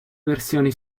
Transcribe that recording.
versioni